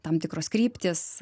tam tikros kryptys